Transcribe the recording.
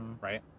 right